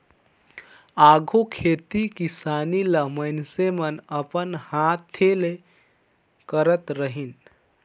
आघु खेती किसानी ल मइनसे मन अपन हांथे ले करत रहिन